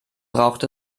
braucht